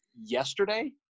yesterday